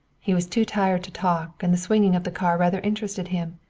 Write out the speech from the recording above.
he was too tired to talk, and the swinging of the car rather interested him.